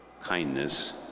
kindness